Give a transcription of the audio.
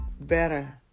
better